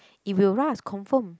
it will rust confirm